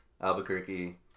Albuquerque